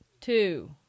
two